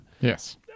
Yes